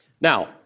Now